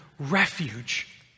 Refuge